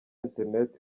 internet